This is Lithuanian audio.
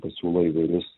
pasiūlo įvairius